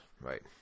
right